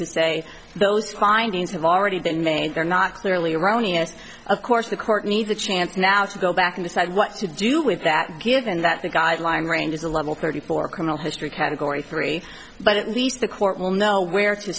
say those findings have already been made they're not clearly erroneous of course the court needs a chance now to go back and decide what to do with that given that the guideline range is a level thirty four criminal history category three but at least the court will know where to